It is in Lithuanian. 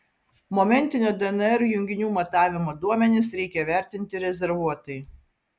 momentinio dnr junginių matavimo duomenis reikia vertinti rezervuotai